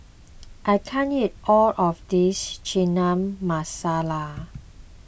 I can't eat all of this Chana Masala